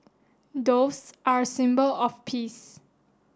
doves are a symbol of peace